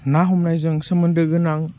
ना हमनायजों सोमोन्दो गोनां